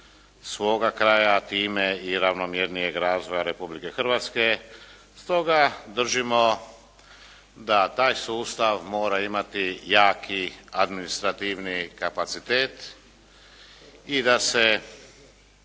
svoga kraja a time i ravnomjernijeg razvoja Republike Hrvatske. Stoga držimo da taj sustav mora imati jaki administrativni kapacitet i da se